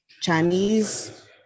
Chinese